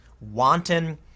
wanton